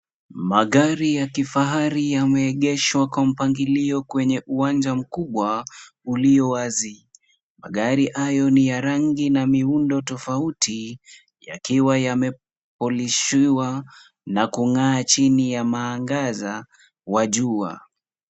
Magari ya kifahari yameegeshwa kwa mpangilio kwenye uwanja mkubwa ulio wazi. Magari hayo ni ya rangi na miundo tofauti yakiwa yamepolishiwa na kung'aa chini ya mwangaza wa jua.